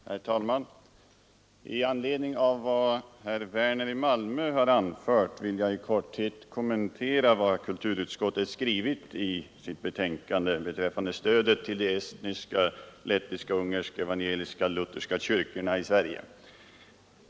Herr talman! I anledning av vad herr Werner i Malmö har anfört vill jag i korthet kommentera vad kulturutskottet skrivit i sitt betänkande beträffande stödet till de estniska, lettiska och ungerska evangelisklutherska kyrkorna i Sverige.